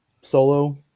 solo